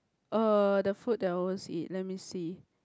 uh the food that I always eat let me see